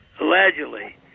allegedly